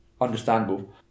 understandable